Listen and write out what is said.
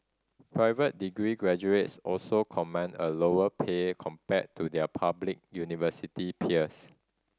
private degree graduates also command a lower pay compared to their public university peers